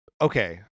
okay